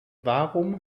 warum